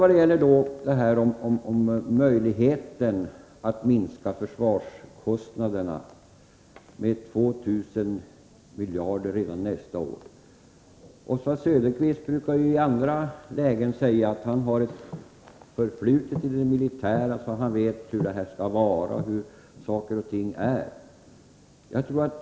När det gäller möjligheterna att minska försvarskostnaderna med 2 miljarder redan nästa år vill jag påpeka att Oswald Söderqvist i andra lägen brukar nämna att han har ett förflutet i det militära och vet hur man skall klara det här.